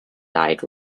dyed